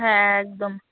হ্যাঁ একদম